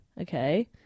Okay